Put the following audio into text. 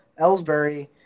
Ellsbury